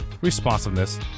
responsiveness